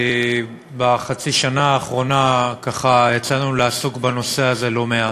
כי בחצי השנה האחרונה יצא לנו לעסוק בנושא הזה לא מעט.